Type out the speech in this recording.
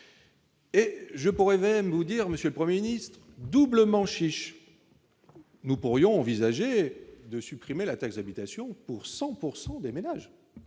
Et je pourrais même vous dire, Monsieur le 1er ministre doublement chiche, nous pourrions envisager de supprimer la taxe d'habitation pour 100 pourcent des